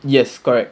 yes correct